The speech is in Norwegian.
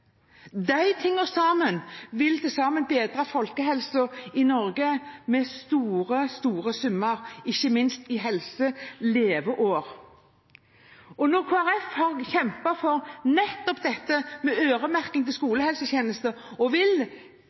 tingene vil til sammen bedre folkehelsa i Norge med store summer, ikke minst i leveår. Kristelig Folkeparti har kjempet for øremerking til skolehelsetjenesten. Nå skal vi ikke ta neste års budsjett nå, men det vil